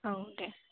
औ दे